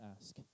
ask